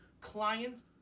clients